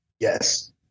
Yes